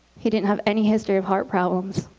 he didn't have any history of heart problems.